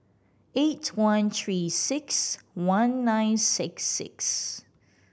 eight one Three Six One nine six six